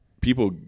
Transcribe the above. people